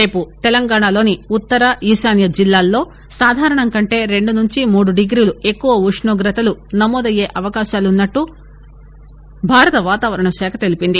రేపు తెలంగాణలోని ఉత్తర ఈశాన్య జిల్లాల్లో సాధారణం కంటే రెండు నుంచి మూడు డిగ్రీలు ఎక్కువ ఉష్ణోగ్రతలు నమోదయ్యే అవకాశాలున్నా యని భారత వాతావరణ శాఖ తెలిపింది